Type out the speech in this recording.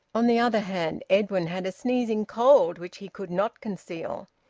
on the other hand edwin had a sneezing cold which he could not conceal,